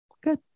Good